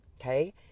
okay